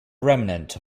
remnant